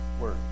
word